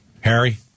Harry